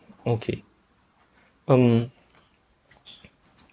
okay um